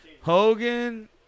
Hogan –